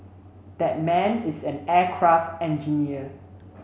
that man is an aircraft engineer